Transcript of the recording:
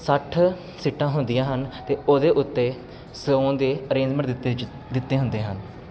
ਸੱਠ ਸੀਟਾਂ ਹੁੰਦੀਆਂ ਹਨ ਅਤੇ ਉਹਦੇ ਉੱਤੇ ਸੌਣ ਦੇ ਅਰੇਂਜਮੈਂਟ ਦਿੱਤੇ ਚ ਦਿੱਤੇ ਹੁੰਦੇ ਹਨ